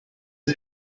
sie